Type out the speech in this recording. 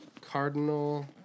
Cardinal